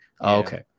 Okay